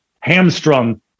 hamstrung